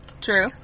True